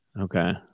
okay